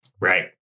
Right